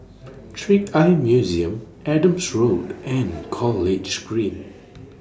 Trick Eye Museum Adam Drive and College Green